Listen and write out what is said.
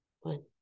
One